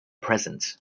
present